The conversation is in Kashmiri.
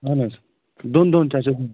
اہن حظ دۄن دۄہن چھُ اسہِ